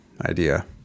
idea